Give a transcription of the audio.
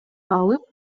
алып